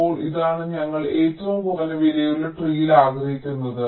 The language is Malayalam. ഇപ്പോൾ ഇതാണ് ഞങ്ങൾ ഏറ്റവും കുറഞ്ഞ വിലയുള്ള ട്രീൽ ആഗ്രഹിക്കുന്നത്